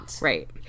right